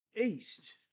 east